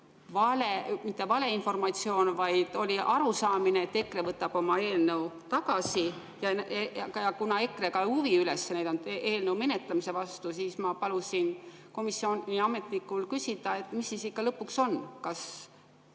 ütlen, mitte valeinformatsioon, vaid oli arusaamine, et EKRE võtab oma eelnõu tagasi. Kuna EKRE ka ei näidanud üles huvi eelnõu menetlemise vastu, siis ma palusin komisjoni ametnikul küsida, mis siis ikka lõpuks on, kas